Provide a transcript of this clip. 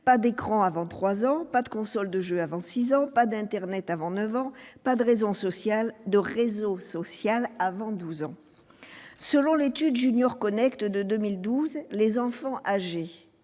pas d'écran avant 3 ans, pas de console de jeux avant 6 ans, pas d'internet avant 9 ans, pas de réseau social avant 12 ans. Selon l'étude Junior Connect'de 2017, les enfants âgés